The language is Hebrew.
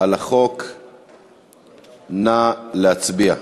נא להצביע.